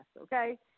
okay